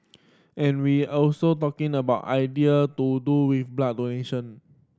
and we also talking about idea to do with blood donation